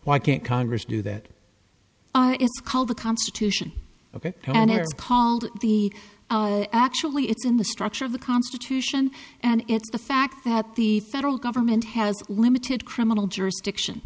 why can't congress do that oh it's called the constitution ok and they're called the actually it's in the structure of the constitution and it's the fact that the federal government has limited criminal jurisdiction